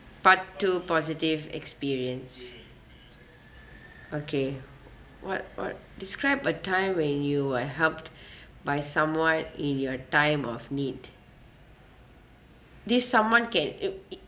part two positive experience okay what what describe a time when you were helped by someone in your time of need this someone can it be